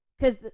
cause